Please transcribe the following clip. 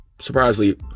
Surprisingly